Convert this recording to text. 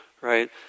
right